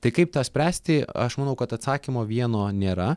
tai kaip tą spręsti aš manau kad atsakymo vieno nėra